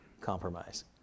compromise